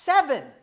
seven